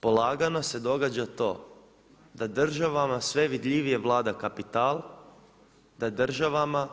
Polagano se događa to da državama sve vidljivije vlada kapital, da državama,